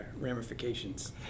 ramifications